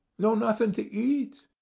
nor nothing to eat?